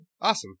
Awesome